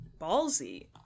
Ballsy